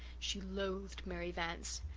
she loathed mary vance.